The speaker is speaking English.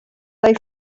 they